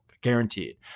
guaranteed